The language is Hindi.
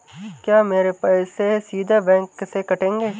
क्या मेरे पैसे सीधे बैंक से कटेंगे?